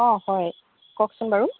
অঁ হয় কওকচোন বাৰু